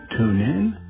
TuneIn